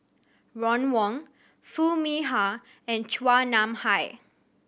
Ron Wong Foo Mee Har and Chua Nam Hai